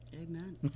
amen